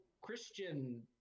Christian